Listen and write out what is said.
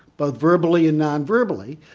both verbally and non-verbally,